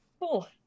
Cool